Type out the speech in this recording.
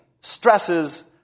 stresses